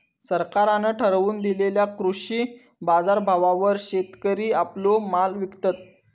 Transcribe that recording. सरकारान ठरवून दिलेल्या कृषी बाजारभावावर शेतकरी आपलो माल विकतत